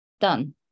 done